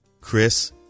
Chris